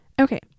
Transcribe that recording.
Okay